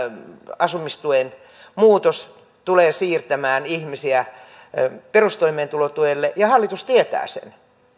asumistuen muutos tulee siirtämään ihmisiä perustoimeentulotuelle ja hallitus tietää sen